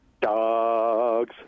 Dogs